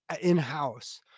in-house